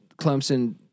Clemson